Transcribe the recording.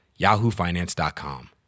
yahoofinance.com